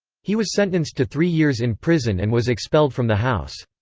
he was sentenced to three years in prison and was expelled from the house.